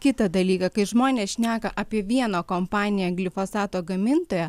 kitą dalyką kai žmonės šneka apie vieną kompaniją glifosato gamintoją